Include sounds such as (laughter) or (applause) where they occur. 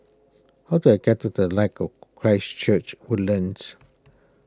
how do I get to the Light of (hesitation) Christ Church Woodlands